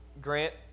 grant